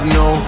no